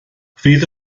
fydd